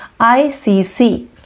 ICC